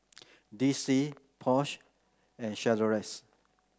D C Porsche and Chateraise